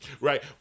Right